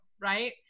right